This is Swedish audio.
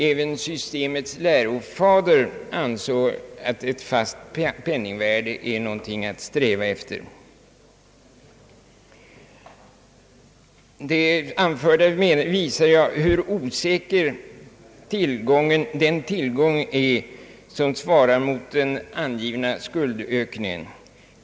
även systemets lärofader ansåg att ett fast penningvärde är någonting att sträva efter. Det anförda visar hur osäker den tillgång är, som svarar mot den angivna skuldökningen.